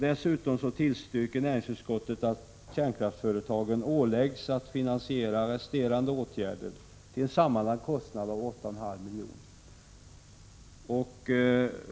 Dessutom tillstyrker näringsutskottet att kärnkraftsföretagen åläggs att finansiera resterande åtgärder till en sammanlagd kostnad av 8,5 milj.kr.